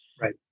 Right